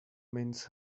mince